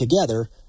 together